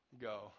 go